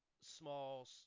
small